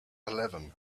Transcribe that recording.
eleven